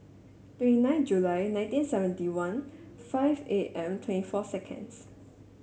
twenty nine July nineteen seventy one five eight and twenty four seconds